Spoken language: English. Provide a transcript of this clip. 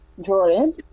Jordan